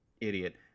idiot